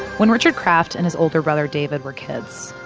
when richard kraft and his older brother david were kids,